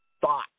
thought